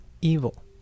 evil